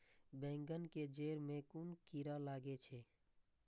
बेंगन के जेड़ में कुन कीरा लागे छै?